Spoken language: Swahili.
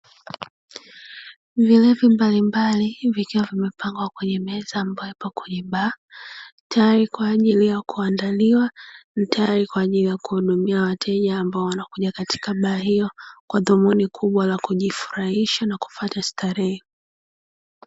Vilevi mbalimbali vikiwa vimepangwa kwenye meza ambayo ipo kwenye baa, tayari kwa ajili ya kuandaliwa na tayari kwa ajili ya kuhudumia wateja ambao wanakuja katika baa hiyo, kwa dhumuni kubwa la kujifurahisha na kupata starehe.